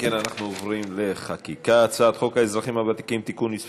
אנחנו עוברים לחקיקה: הצעת חוק האזרחים הוותיקים (תיקון מס'